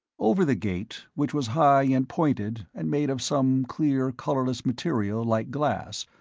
over the gate, which was high and pointed and made of some clear colorless material like glass,